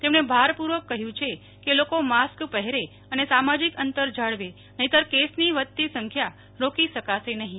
તેમણે ભારપૂર્વક કહ્યું છે કે લોકો માસ્ક પહેરે અને સામાજિક અંતર જાળવે નહિતર કેસની વધતી સંખ્યા રોકી શકાશે નહીં